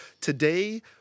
today